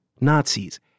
Nazis